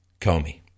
Comey